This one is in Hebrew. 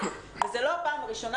זו לא הפעם הראשונה.